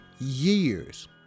years